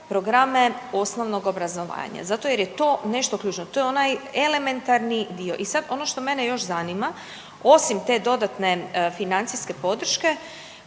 programe osnovnog obrazovanja zato jer je to nešto ključno, to je onaj elementarni dio. I sad ono što mene još zanima, osim te dodatne financijske podrške,